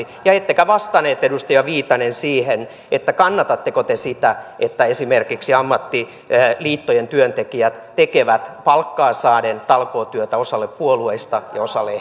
ja ettekä vastannut edustaja viitanen siihen kannatatteko te sitä että esimerkiksi ammattiliittojen työntekijät tekevät palkkaa saaden talkootyötä osalle puolueista ja osalle ehdokkaista